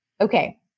Okay